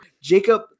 Jacob